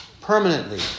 permanently